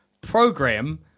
program